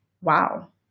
wow